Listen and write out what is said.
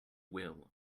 will